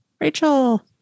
Rachel